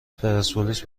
پرسپولیس